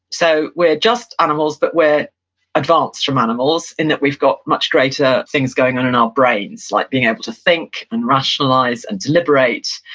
so we're just animals, but we're advanced from animals in that we've got much greater things going on in our brains, like being able to think, and rationalize, and deliberate,